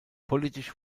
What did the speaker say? politisch